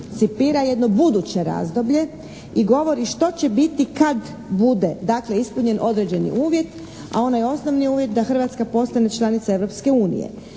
anticipira jedno buduće razdoblje i govori što će biti kad bude dakle ispunjen određeni uvjet a onaj osnovi uvjet je da Hrvatska postane članica